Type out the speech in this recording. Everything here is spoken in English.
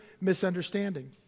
misunderstanding